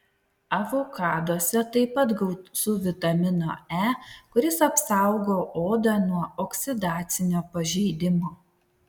avokaduose taip pat gausu vitamino e kuris apsaugo odą nuo oksidacinio pažeidimo